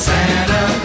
Santa